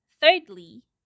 Thirdly